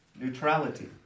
neutrality